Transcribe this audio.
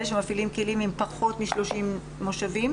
אלה כאלה שמפעילים כלים עם פחות מ-30 מושבים.